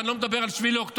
ואני לא מדבר על 7 באוקטובר,